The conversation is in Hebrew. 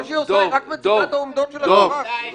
היא רק מציגה את העמדות של השב"כ.